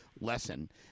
lesson